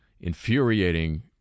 infuriating